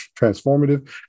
transformative